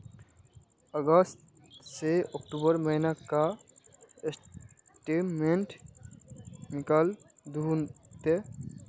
अगस्त से अक्टूबर महीना का स्टेटमेंट निकाल दहु ते?